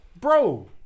bro